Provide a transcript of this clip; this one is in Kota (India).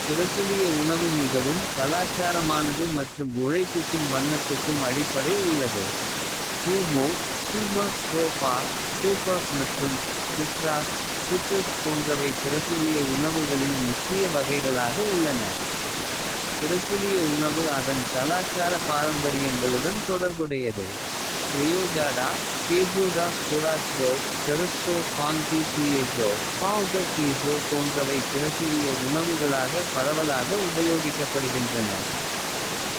பிரசிலிய உணவு மிகவும் கலாச்சாரமானது மற்றும். உழைப்புக்கும் வண்ணத்துக்கும் அடிப்படை உள்ளது. சூமோ சோபா மற்றும் சிட்ராஸ். போன்றவை பிரசிலிய உணவுகளின் முக்கிய. வகைகளாக உள்ளனபிரசிலிய உணவு அதன் கலாச்சார. பாரம்பரியங்களுடன் தொடர்புடையது பெயோஜாடா. சுறாச்கோ பாங் டி கியேஜோ போன்றவை. பிரசிலிய உணவுகளாக பரவலாக உபயோகிக்கப்படுகின்றன.